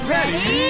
Ready